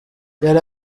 yari